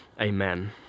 Amen